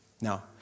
Now